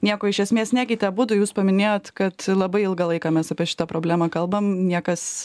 nieko iš esmės nekeitė abudu jūs paminėjot kad labai ilgą laiką mes apie šitą problemą kalbam niekas